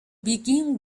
begin